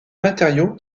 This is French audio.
matériau